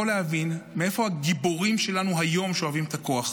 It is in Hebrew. להבין מאיפה הגיבורים שלנו היום שואבים את הכוח.